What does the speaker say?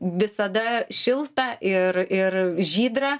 visada šiltą ir ir žydrą